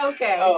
Okay